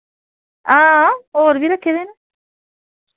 हां और वी रक्खे दे न